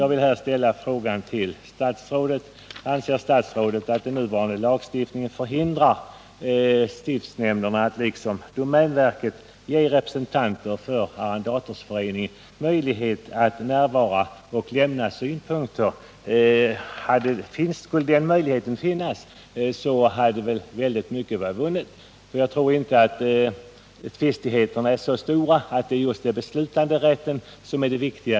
Jag vill ställa följande fråga till statsrådet: Anser statsrådet att den nuvarande lagstiftningen förhindrar att stiftsnämnderna liksom domänverket ger representanter för Föreningen Sveriges jordbruksarrendatorer möjlighet att närvara och avge synpunkter vid behandlingen av ärenden av här aktuellt slag? Om den möjligheten funnes, skulle mycket vara vunnet. Jag tror inte att tvistigheterna är så stora att just beslutanderätten är det viktiga.